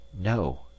No